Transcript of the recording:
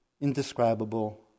indescribable